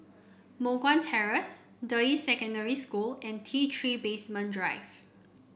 Moh Guan Terrace Deyi Secondary School and T Three Basement Drive